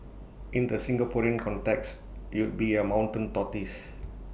in the Singaporean context you'd be A mountain tortoise